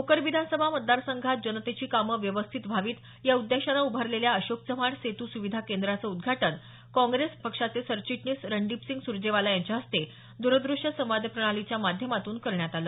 भोकर विधानसभा मतदार संघात जनतेची कामं व्यवस्थित व्हावीत या उद्देशाने उभारलेल्या अशोक चव्हाण सेतू सुविधा केंद्राचं उद्घाटन काँग्रेस पक्षाचे सरचिटणीस रणदीपसिंग सुरजेवाला यांच्या हस्ते दूरदृश्य संवाद प्रणालीच्या माध्यमातून करण्यात आलं